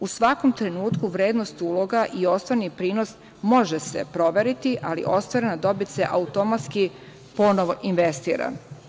U svakom trenutku vrednost uloga i ostvareni prinos može se proveriti, ali ostvarena dobit se automatski ponovo investira.